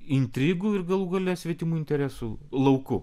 intrigų ir galų gale svetimų interesų lauku